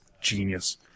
genius